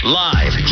live